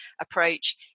approach